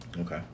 Okay